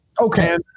okay